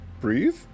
breathe